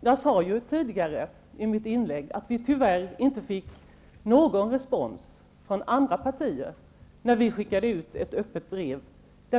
Jag sade i mitt inlägg att vi tyvärr inte fick någon respons från andra partier när vi skickade ut ett öppet brev.